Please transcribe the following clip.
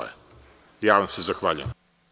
Ja vam se zahvaljujem.